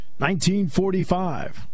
1945